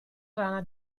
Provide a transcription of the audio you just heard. rana